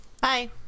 Bye